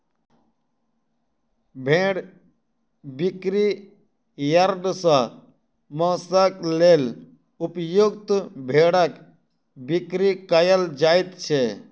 भेंड़ बिक्री यार्ड सॅ मौंसक लेल उपयुक्त भेंड़क बिक्री कयल जाइत छै